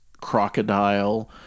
crocodile